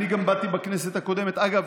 אני גם באתי בכנסת הקודמת, אגב,